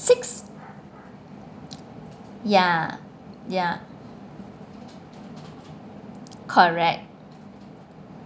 six ya ya correct